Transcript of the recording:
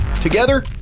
Together